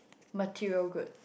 material good